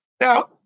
Now